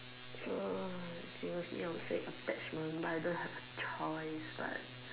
uh if it was me I would have said attachment but I don't have a choice but